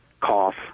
cough